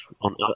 on